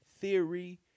Theory